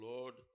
Lord